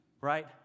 right